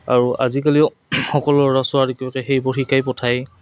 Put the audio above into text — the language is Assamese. আৰু আজিকালিও সকলো ল'ৰা ছোৱালী সেইবোৰ শিকাই পঠায়